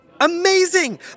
Amazing